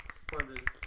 splendid